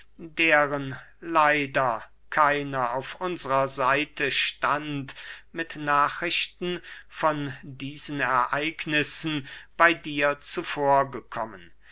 deren leider keiner auf unsrer seite stand mit nachrichten von diesen ereignissen bey dir zuvor